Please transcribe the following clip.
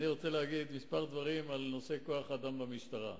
אני רוצה להגיד כמה דברים על נושא כוח-האדם במשטרה.